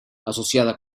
asociada